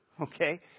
okay